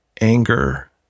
anger